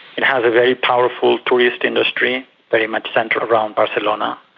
it has a very powerful tourist industry very much centred around barcelona,